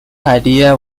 idea